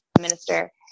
minister